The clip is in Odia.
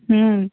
ହୁଁ